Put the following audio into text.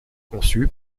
conçu